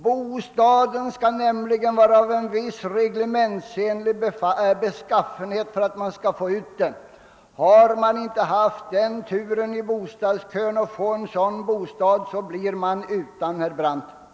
Bostaden skall nämligen ha en viss reglementsenlig standard för att man skall få ut sådant bidrag. Har man inte haft turen att i bostadskön få en bostad som fyller kraven, blir man utan sådant bidrag, herr Brandt.